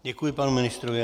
Děkuji panu ministrovi.